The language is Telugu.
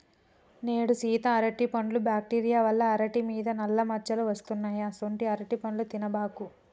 నేడు సీత అరటిపండ్లు బ్యాక్టీరియా వల్ల అరిటి మీద నల్ల మచ్చలు వస్తున్నాయి అసొంటీ అరటిపండ్లు తినబాకు